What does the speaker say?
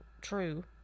true